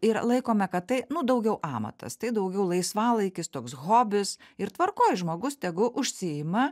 ir laikome kad tai nu daugiau amatas tai daugiau laisvalaikis toks hobis ir tvarkoj žmogus tegu užsiima